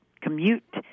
commute